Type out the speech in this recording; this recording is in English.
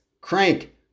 Crank